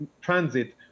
transit